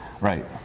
right